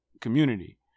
community